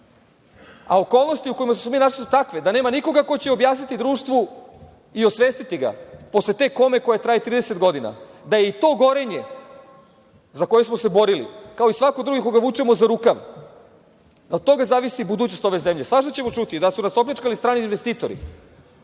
Okolnosti u kojima smo se mi našli su takve da nema nikoga ko će objasniti društvu i osvestiti ga posle te kome koja traje 30 godina da je i to „Gorenje“, za koje smo se borili, kao i svaki drugi koga vučemo za rukav, da od toga zavisi budućnost ove zemlje. Svašta ćemo čuti, i da su nas opljačkali strani investitori.